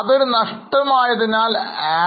അത് ഒരു നഷ്ടമായതിനാൽ add